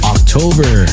October